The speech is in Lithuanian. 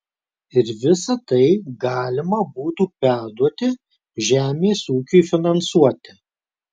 ir visa tai galima būtų perduoti žemės ūkiui finansuoti